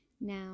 now